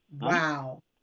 Wow